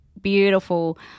beautiful